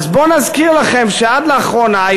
אז בוא נזכיר לכם שעד לאחרונה,